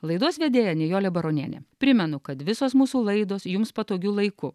laidos vedėja nijolė baronienė primenu kad visos mūsų laidos jums patogiu laiku